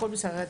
הכול בסדר.